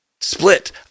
Split